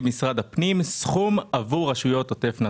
משרד הפנים סכום עבור רשויות עוטף נתב"ג.